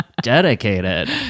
dedicated